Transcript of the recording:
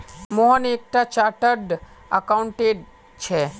मोहन एक टा chartered accountant छे